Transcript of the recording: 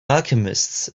alchemist